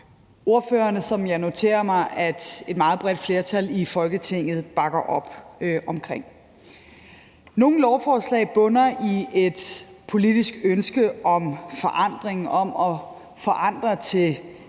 lovforslaget, som jeg noterer mig at et meget bredt flertal i Folketinget bakker op omkring. Nogle lovforslag bunder i et politisk ønske om forandring og om at forandre til